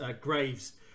Graves